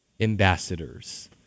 ambassadors